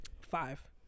Five